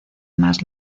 más